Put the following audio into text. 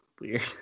weird